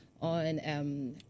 on